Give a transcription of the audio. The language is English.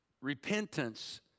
Repentance